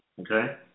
okay